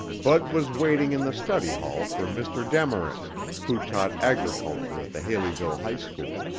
bud was waiting in the study hall for mr. demarest, who taught agriculture at the haleyville high school.